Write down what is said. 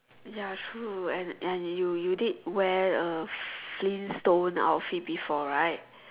ya true and you you did wear a Flintstones outfit before right